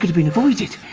been avoided.